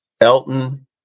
Elton